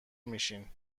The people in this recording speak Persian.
میشین